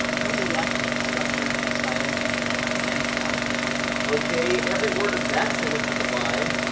totally lacking in structure, style, coherence and talent okay, every word of that sentence was a lie.